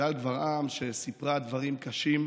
גל גברעם, שסיפרה דברים קשים,